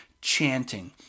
chanting